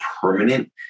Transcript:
permanent